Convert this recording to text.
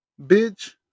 Bitch